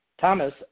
Thomas